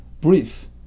brief